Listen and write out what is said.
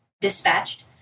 dispatched